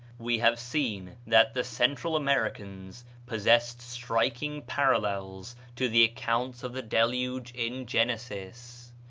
we have seen that the central americans possessed striking parallels to the account of the deluge in genesis.